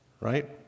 right